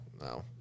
No